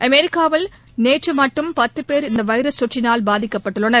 அமெரிக்காவில் நேற்றுமட்டும் பத்துபேர் இந்தவைரஸ் தொற்றினால் பாதிக்கப்பட்டுள்ளனர்